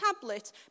tablet